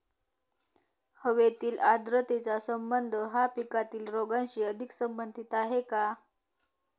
हवेतील आर्द्रतेचा संबंध हा पिकातील रोगांशी अधिक संबंधित आहे का?